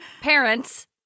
parents